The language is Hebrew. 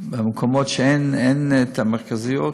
במקומות לא מרכזיים,